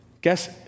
guess